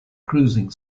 cruising